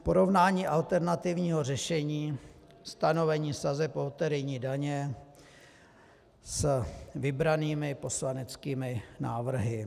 Porovnání alternativního řešení, stanovení sazeb loterijní daně s vybranými poslaneckými návrhy.